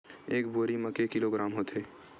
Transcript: एक बोरी म के किलोग्राम होथे?